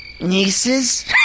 Nieces